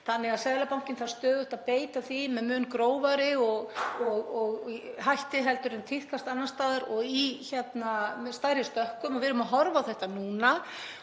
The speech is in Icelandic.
þannig að Seðlabankinn þarf stöðugt að beita því með mun grófari hætti heldur en tíðkast annars staðar og í stærri stökkum. Við erum að horfa á þetta núna.